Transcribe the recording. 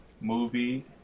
movie